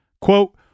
Quote